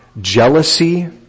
jealousy